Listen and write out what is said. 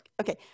Okay